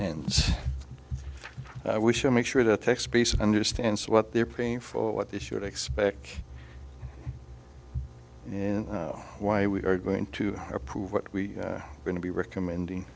and we should make sure that tax base understands what they're paying for what they should expect and why we are going to approve what we are going to be recommending